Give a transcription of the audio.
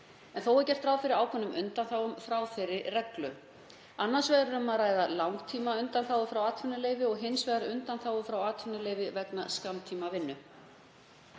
en þó er gert ráð fyrir ákveðnum undanþágum frá þeirri reglu, annars vegar er um að ræða langtímaundanþágur frá atvinnuleyfi og hins vegar undanþágur frá atvinnuleyfi vegna skammtímavinnu.